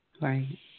Right